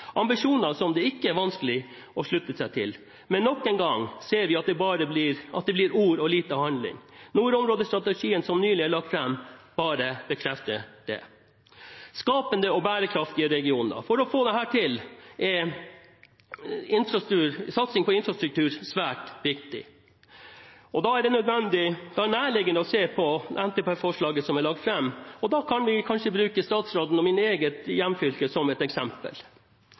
ambisjoner som det ikke er vanskelig å slutte seg til, men nok en gang ser vi at det blir ord og lite handling. Nordområdestrategien som nylig er lagt fram, bare bekrefter det. For å få til skapende og bærekraftige regioner er satsing på infrastruktur svært viktig. Da er det nærliggende å se på NTP-forslaget som er lagt fram, og vi kan kanskje bruke statsråden og mitt eget hjemfylke som et eksempel.